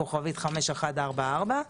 כוכבית 5144,